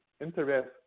interest